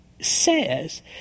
says